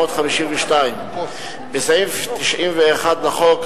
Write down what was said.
עמוד 752. בסעיף 91 לחוק,